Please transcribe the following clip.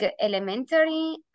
elementary